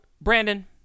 Brandon